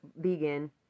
vegan